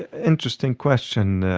interesting question.